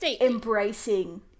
Embracing